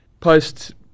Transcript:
post